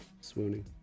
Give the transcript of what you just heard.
swooning